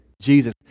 Jesus